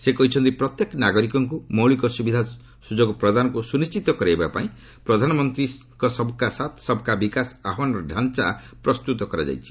ସେ କହିଛନ୍ତି ପ୍ରତ୍ୟେକ ନାଗରିକଙ୍କୁ ମୌଳିକ ସୁବିଧା ସୁଯୋଗ ପ୍ରଦାନକୁ ସୁନିଣ୍ଟିତ କରାଇବାପାଇଁ ପ୍ରଧାନମନ୍ତ୍ରୀଙ୍କ ସବ୍କା ସାଥ୍ ସବ୍କା ବିକାଶ ଆହ୍ୱାନର ଡାଞ୍ଚା ପ୍ରସ୍ତୁତ କରାଯାଇଛି